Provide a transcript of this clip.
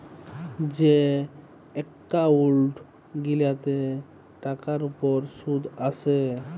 যে এক্কাউল্ট গিলাতে টাকার উপর সুদ আসে